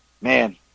man